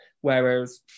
Whereas